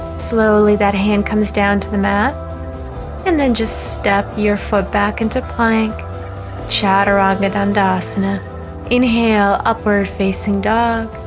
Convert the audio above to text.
slowly that hand comes down to the mat and then just step your foot back into plank chaturanga dandasana inhale upward facing dog